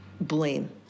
blame